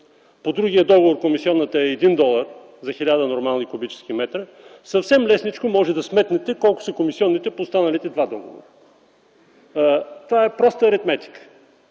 по другия договор комисионата е 1 долар за 1000 куб.м, съвсем лесничко може да сметнете какви са комисионите по останалите два договора, това е проста аритметика.